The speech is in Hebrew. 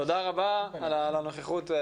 תודה רבה על הנוכחות.